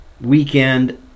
weekend